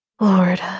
Lord